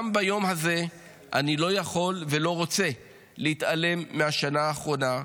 גם ביום הזה אני לא יכול ולא רוצה להתעלם מהשנה האחרונה,